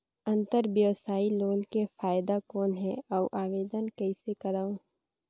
अंतरव्यवसायी लोन के फाइदा कौन हे? अउ आवेदन कइसे करव?